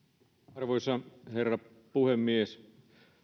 arvoisa herra puhemies